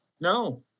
No